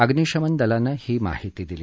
अग्नीशमन दलानं ही माहिती दिली